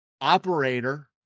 operator